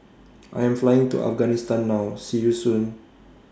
I Am Flying to Afghanistan now See YOU Soon